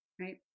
right